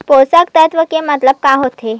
पोषक तत्व के मतलब का होथे?